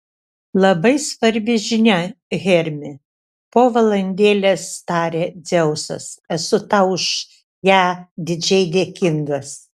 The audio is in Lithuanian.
labai svarbi žinia hermi po valandėlės tarė dzeusas esu tau už ją didžiai dėkingas